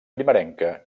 primerenca